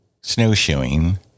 snowshoeing